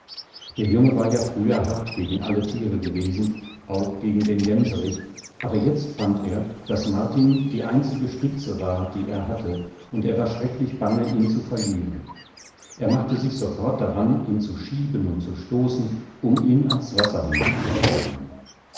der junge war ja früher hart gegen alle tiere gewesen auch gegen den gänserich aberjetztfander daßmartindieeinzigestützewar dieerhatte und er war schrecklich bange ihn zu verlieren er machte sich sofort daran ihn zu schieben und zu stoßen um ihn ans wasser